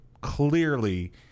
clearly